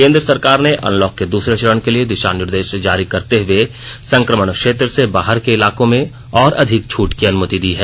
केंद्र सरकार ने अनलॉक के दूसरे चरण के लिए दिशानिर्देश जारी करते हुए संक्रमण क्षेत्र से बाहर के इलाकों में और अधिक छूट की अनुमति दी है